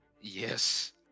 Yes